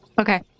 Okay